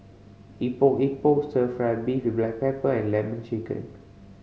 Epok Epok Stir Fry beef with black pepper and Lemon Chicken